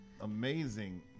amazing